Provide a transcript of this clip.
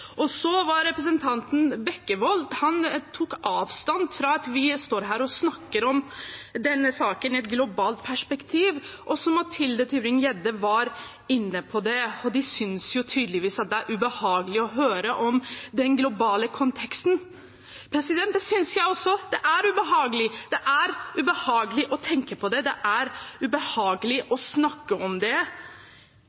debatt. Så tok representanten Bekkevold avstand fra at vi snakker om denne saken i et globalt perspektiv. Også Mathilde Tybring-Gjedde var inne på det. De synes tydeligvis det er ubehagelig å høre om den globale konteksten. Det synes jeg også. Det er ubehagelig. Det er ubehagelig å tenke på det. Det er ubehagelig å